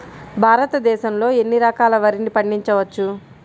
భారతదేశంలో ఎన్ని రకాల వరిని పండించవచ్చు